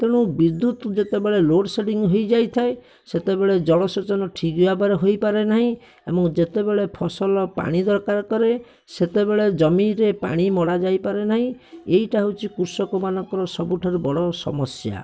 ତେଣୁ ବିଦ୍ୟୁତ ଯେତେବେଳେ ଲୋଡ଼ ସେଡ଼ିଂ ହେଇଯାଇଥାଏ ସେତେବେଳେ ଜଳସେଚନ ଠିକ୍ ଭାବରେ ହୋଇପାରେ ନାହିଁ ଏବଂ ଯେତେବେଳେ ଫସଲ ପାଣି ଦରକାର କରେ ସେତେବେଳେ ଜମିରେ ପାଣି ମଡ଼ାଯାଇ ପାରେ ନାହିଁ ଏଇଟା ହେଉଛି କୃଷକମାନଙ୍କର ସବୁଠାରୁ ବଡ଼ ସମସ୍ୟା